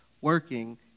working